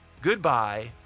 goodbye